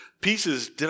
pieces